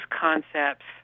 concepts